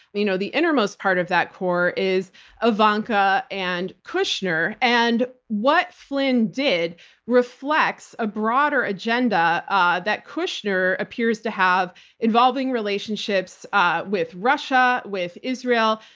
you know the innermost part of that core is ivanka and kushner. and what flynn did reflects a broader agenda ah that kushner appears to have involving relationships ah with russia, with israel,